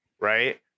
right